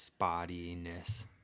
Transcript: spottiness